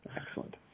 Excellent